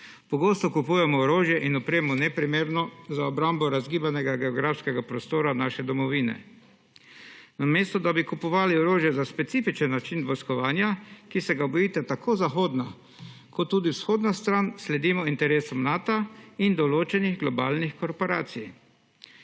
Pogosto kupujemo orožje in opremo, neprimerna za obrambo razgibanega geografskega prostora naše domovine. Namesto da bi kupovali orožje za specifičen način vojskovanja, ki se ga bojita tako zahodna kot tudi vzhodna stran, sledimo interesom Nata in določenih globalnih korporacij.